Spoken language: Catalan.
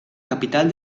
capital